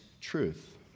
truth